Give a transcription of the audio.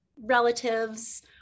relatives